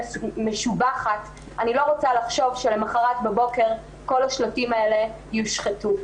משובחת אני לא רוצה לחשוב שלמחרת בבוקר כל השלטים האלה יושחתו.